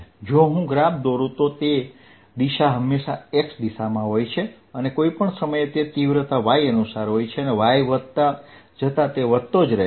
જો હું ગ્રાફ દોરુ તો દિશા હંમેશા x દિશામાં હોય છે અને કોઈપણ સમયે તે તીવ્રતા y અનુસાર હોય છે અને y વધતા જતા તે વધતો જ રહે છે